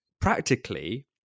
practically